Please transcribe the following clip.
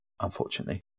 unfortunately